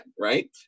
right